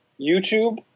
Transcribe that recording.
YouTube